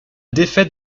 défaite